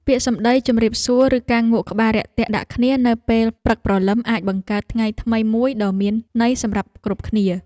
ពាក្យសម្តីជម្រាបសួរឬការងក់ក្បាលរាក់ទាក់ដាក់គ្នានៅពេលព្រឹកព្រលឹមអាចបង្កើតថ្ងៃថ្មីមួយដ៏មានន័យសម្រាប់គ្រប់គ្នា។